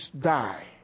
die